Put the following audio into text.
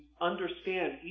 understand